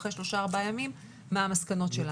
אחרי שלושה-ארבעה ימים מה המסקנות שלנו.